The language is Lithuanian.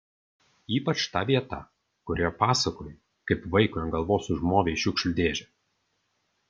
ypač ta vieta kurioje pasakoji kaip vaikui ant galvos užmovei šiukšlių dėžę